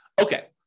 Okay